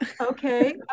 okay